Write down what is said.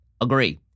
agree